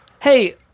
Hey